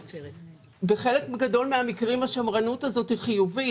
בחלק גדול מהמקרים השמרנות הזו היא חיובית,